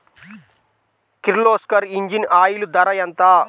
Kirloskar engine oil ధర ఎంత?